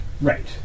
Right